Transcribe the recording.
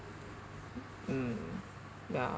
mm ya